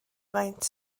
faint